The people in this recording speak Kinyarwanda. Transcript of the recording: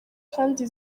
kandi